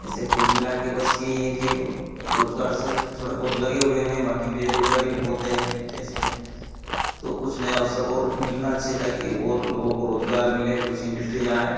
ऐसे कुल मिला के बस यही है कि रोजगार सिर्फ थोड़े बहुत लगे हुए हैं बाकी बेरोजगारी बहुत है देश में तो कुछ नए अवसर और मिलना चाहिए ताकि और लोगों को रोजगार मिलें कुछ इंडेट्री आएँ